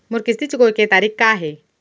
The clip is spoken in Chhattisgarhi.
मोर किस्ती चुकोय के तारीक का हे?